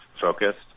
focused